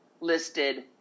listed